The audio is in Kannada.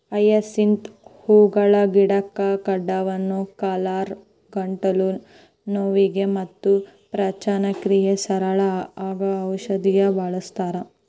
ಹಯಸಿಂತ್ ಹೂಗಳ ಗಿಡದ ಕಾಂಡವನ್ನ ಕಾಲರಾ, ಗಂಟಲು ನೋವಿಗೆ ಮತ್ತ ಪಚನಕ್ರಿಯೆ ಸರಳ ಆಗಾಕ ಔಷಧಿಯಾಗಿ ಬಳಸ್ತಾರ